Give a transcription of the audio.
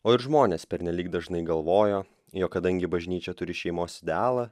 o ir žmonės pernelyg dažnai galvojo jog kadangi bažnyčia turi šeimos idealą